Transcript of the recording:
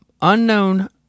Unknown